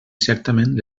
certament